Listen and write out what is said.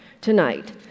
tonight